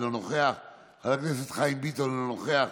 אינו נוכח,